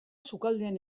sukaldean